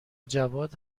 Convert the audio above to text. جواد